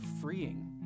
freeing